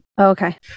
okay